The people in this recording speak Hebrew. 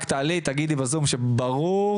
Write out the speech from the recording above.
רק תעלי ותגידי בזום שזה בסדר.